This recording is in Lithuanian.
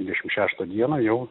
dvidešim šeštą dieną jau